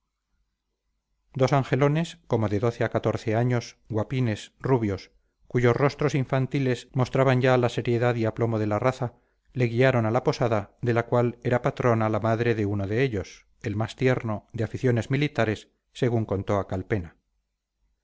dos angelones como de doce a catorce años guapines rubios cuyos rostros infantiles mostraban ya la seriedad y aplomo de la raza le guiaron a la posada de la cual era patrona la madre de uno de ellos el más tierno de aficiones militares según contó a calpena